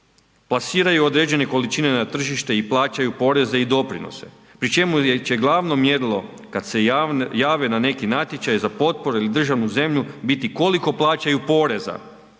plasiraju određene količine na tržište i plaćaju poreze i doprinose pri čemu će glavno mjerilo kada se jave na neki natječaj za potporu ili državnu zemlju biti koliko plaćaju poreza